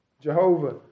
Jehovah